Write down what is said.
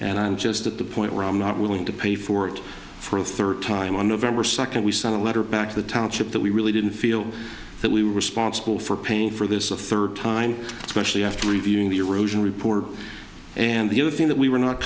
and i'm just at the point where i'm not willing to pay for it for a third time on november second we sent a letter back to the township that we really didn't feel that we responsible for paying for this a third time especially after reviewing the erosion report and the other thing that we were not